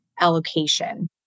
allocation